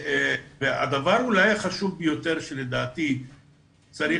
הדבר שאולי הוא החשוב ביותר שלדעתי צריך